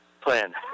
plan